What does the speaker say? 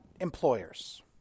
employers